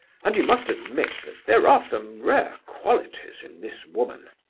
and you must admit that there are some rare qualities in this woman.